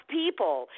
people